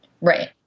right